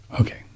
Okay